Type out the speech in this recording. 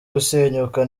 gusenyuka